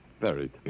buried